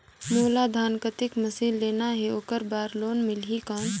मोला धान कतेक मशीन लेना हे ओकर बार लोन मिलही कौन?